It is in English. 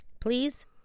Please